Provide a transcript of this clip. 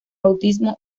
bautismo